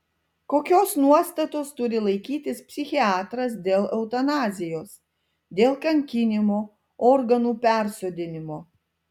kokios nuostatos turi laikytis psichiatras dėl eutanazijos dėl kankinimo organų persodinimo